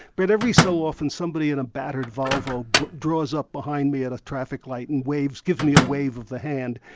but every so often, somebody in a battered volvo draws up behind me at a traffic light and waves, gives me a wave of the hand,